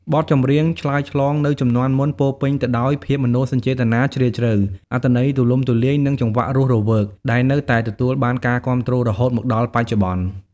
បទចម្រៀងឆ្លើយឆ្លងនៅជំនាន់មុនពោរពេញទៅដោយ ភាពមនោសញ្ចេតនាជ្រាលជ្រៅ អត្ថន័យទូលំទូលាយ និងចង្វាក់រស់រវើក ដែលនៅតែទទួលបានការគាំទ្ររហូតមកដល់បច្ចុប្បន្ន។